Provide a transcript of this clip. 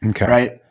right